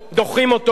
דוחים אותו.